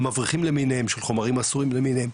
המבריחים למיניהם של חומרים אסורים למיניהם,